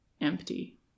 empty